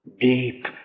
deep